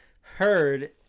heard